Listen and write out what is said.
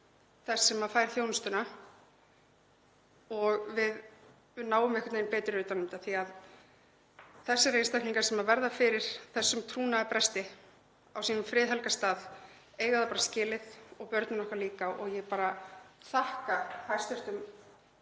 þess sem fær þjónustuna og að við náum einhvern veginn betur utan um þetta því að þessir einstaklingar sem verða fyrir þessum trúnaðarbresti á sínum friðhelga stað eiga það skilið og börnin okkar líka. Ég bara þakka hæstv.